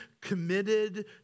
committed